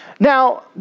Now